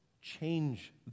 change